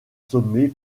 sommets